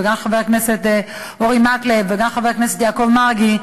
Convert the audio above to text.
לחבר הכנסת אורי מקלב ולחבר הכנסת יעקב מרגי,